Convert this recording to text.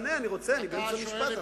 אני אענה, אני רוצה, אני באמצע משפט.